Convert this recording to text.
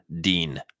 Dean